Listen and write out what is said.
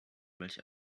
welche